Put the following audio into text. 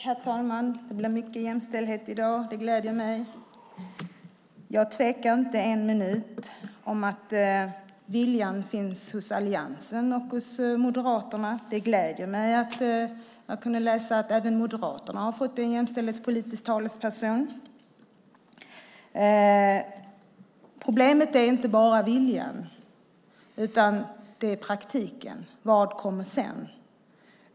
Herr talman! Det blir mycket jämställdhet i dag, och det gläder mig. Jag tvekar inte en minut om att viljan finns hos alliansen och hos Moderaterna. Det gläder mig att kunna läsa att även Moderaterna har fått en jämställdhetspolitisk talesperson. Problemet är inte bara viljan, utan det är praktiken: Vad kommer sedan?